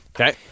Okay